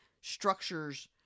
structures